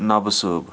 نبہٕ صٲب